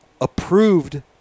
approved